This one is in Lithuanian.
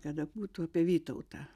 kada būtų apie vytautą